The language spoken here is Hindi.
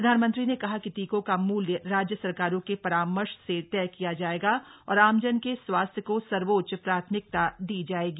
प्रधानमंत्री ने कहा कि टीकों का मूल्य राज्य सरकारों के परामर्श से तय किया जायेगा और आमजन के स्वास्थ्य को सर्वोच्च प्राथमिकता दी जायेगी